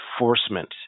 enforcement